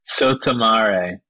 Sotomare